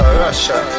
Russia